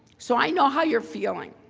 so i know how you're feeling,